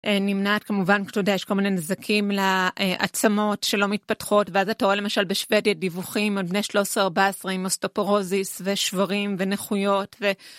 נמנעת כמובן, כשאתה יודע, יש כל מיני נזקים לעצמות שלא מתפתחות ואז אתה רואה למשל בשבדיה דיווחים על בני 13-14 עם אוסטופורוזיס ושברים ונכויות ו...